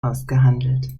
ausgehandelt